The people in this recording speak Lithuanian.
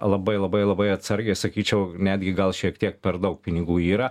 labai labai labai atsargiai sakyčiau netgi gal šiek tiek per daug pinigų yra